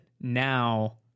now